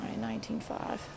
19.5